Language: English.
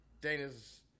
Dana's